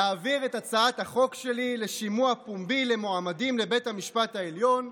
נעביר את הצעת החוק שלי לשימוע פומבי למועמדים לבית המשפט העליון.